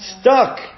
stuck